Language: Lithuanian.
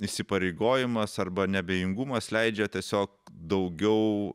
įsipareigojimas arba neabejingumas leidžia tiesiog daugiau